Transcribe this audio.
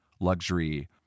luxury